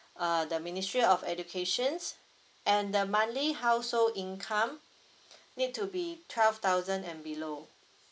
uh the ministry of educations and the monthly household income need to be twelve thousand and below